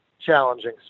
challenging